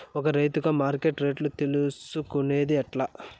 ఒక రైతుగా మార్కెట్ రేట్లు తెలుసుకొనేది ఎట్లా?